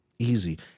easy